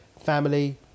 family